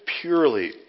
purely